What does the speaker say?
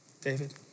David